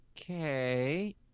okay